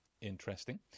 Interesting